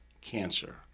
cancer